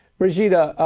brigida,